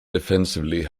defensively